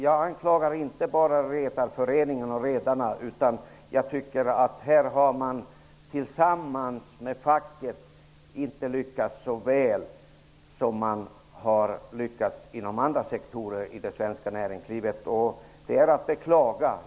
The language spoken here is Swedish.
Det är att beklaga, men jag anklagar inte bara redarna för detta.